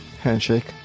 Handshake